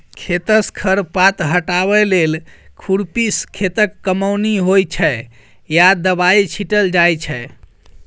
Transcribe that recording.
खेतसँ खर पात हटाबै लेल खुरपीसँ खेतक कमौनी होइ छै या दबाइ छीटल जाइ छै